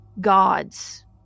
gods